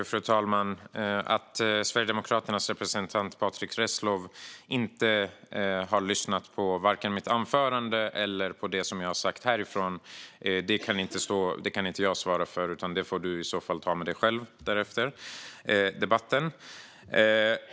Fru talman! Att Sverigedemokraternas representant Patrick Reslow varken har lyssnat på mitt anförande eller mina repliker kan jag inte ta ansvar för. Det får Patrick Reslow ta med sig själv efter debatten.